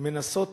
מנסות